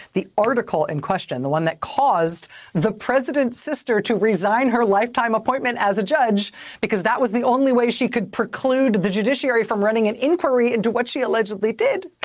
the article in question, the one that caused the president's sister to resign her lifetime appointment as a judge because that was the only way she could preclude the judiciary from running an inquiry into what she allegedly did,